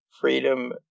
freedom